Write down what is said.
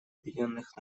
объединенных